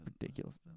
ridiculous